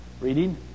reading